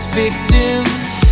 victims